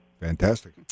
Fantastic